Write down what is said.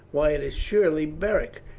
why, it is surely beric!